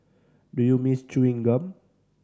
do you miss chewing gum